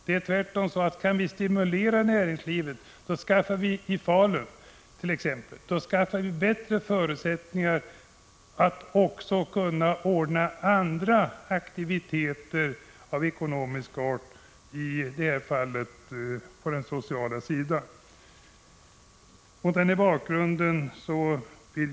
Det är tvärtom så, att om vi kan stimulera näringslivet i t.ex. Falun, får vi bättre ekonomiska förutsättningar för att också kunna göra insatser på exempelvis det sociala området.